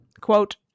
quote